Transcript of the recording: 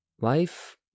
life